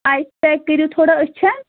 آیِس pack کٔرِو تھوڑا أچھَن